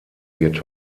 wird